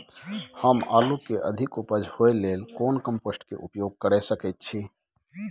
हम आलू के अधिक उपज होय लेल कोन कम्पोस्ट के उपयोग कैर सकेत छी?